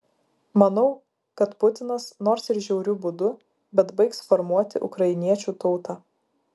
manau kad putinas nors ir žiauriu būdu bet baigs formuoti ukrainiečių tautą